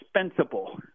indispensable